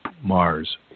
Mars